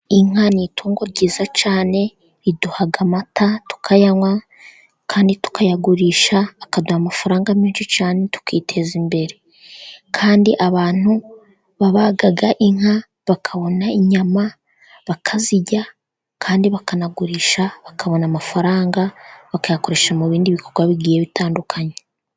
Inka ni itungo ryiza cyane riduha amata tukayanywa kandi tukayagurisha akaduha amafaranga menshi cyane tukiteza imbere. Kandi abantu babaga inka bakabona inyama bakazirya kandi bakanagurisha bakabona amafaranga bakayakoresha mu bindi bikorwa bigiye bitandukanye.